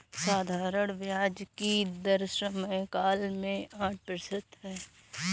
साधारण ब्याज की दर समयकाल में आठ प्रतिशत है